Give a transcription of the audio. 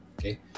Okay